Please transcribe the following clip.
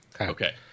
Okay